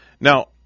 Now